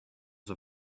the